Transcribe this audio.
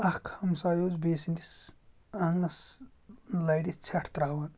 اَکھ ہَمساے اوس بیٚیہِ سٕنٛدِس آنٛگنَس لَرِ ژھٮ۪ٹ ترٛاوان